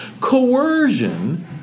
coercion